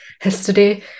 History